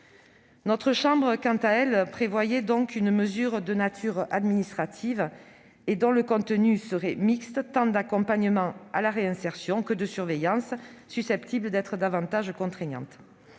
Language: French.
Notre chambre, quant à elle, prévoyait une mesure de nature administrative, dont le contenu serait mixte : il s'agissait d'un dispositif tant d'accompagnement à la réinsertion que de surveillance, susceptible d'être davantage contraignant.